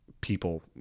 people